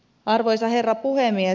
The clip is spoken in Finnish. arvoisa herra puhemies